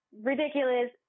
ridiculous